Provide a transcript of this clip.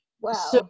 Wow